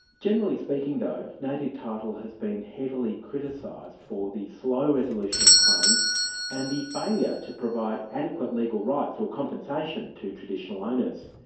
generally speaking though, native title has been heavily criticised for the slow resolution of claims and the failure to provide adequate legal rights or compensation to traditional owners.